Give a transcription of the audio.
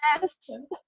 Yes